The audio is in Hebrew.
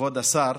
כבוד השר,